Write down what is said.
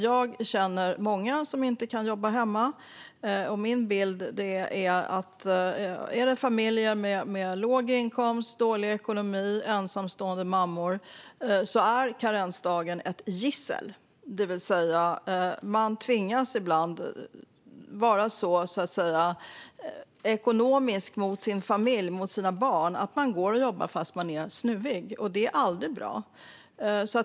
Jag känner många som inte kan jobba hemma. Och min bild är att karensdagen för familjer med låg inkomst och dålig ekonomi, till exempel ensamstående mammor, är ett gissel. Man tvingas alltså ibland att vara så ekonomisk mot sin familj och sina barn att man går och jobbar fast man är snuvig. Det är aldrig bra.